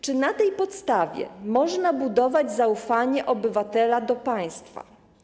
Czy na tej podstawie można budować zaufanie obywatela do państwa?